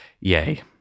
Yay